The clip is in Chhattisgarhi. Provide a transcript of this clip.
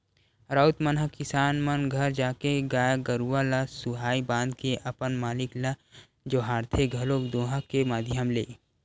राउत मन ह किसान मन घर जाके गाय गरुवा ल सुहाई बांध के अपन मालिक ल जोहारथे घलोक दोहा के माधियम ले